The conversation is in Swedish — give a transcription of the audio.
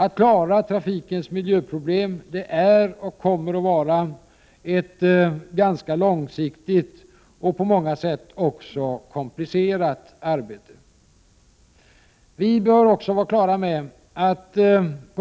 Att klara trafikens miljöproblem är, och kommer att vara, ett ganska långsiktigt arbete och på många sätt också ett komplicerat arbete. Vi bör också vara på